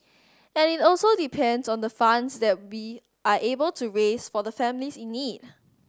and it also depends on the funds that we are able to raise for the families in need